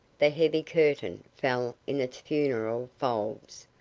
the heavy curtain fell in its funereal folds,